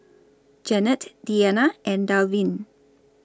Janette Deana and Dalvin